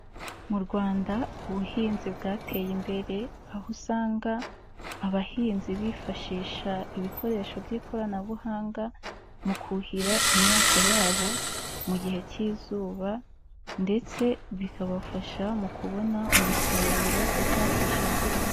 Mu Rwanda ubuhinzi bwateye imbere aho usanga, abahinzi bifashisha ibikoresho by'ikoranabuhanga mu kuhira imyaka yabo mu gihe cy'izuba ndetse bikabafasha mu kubona umusaruro uhagije.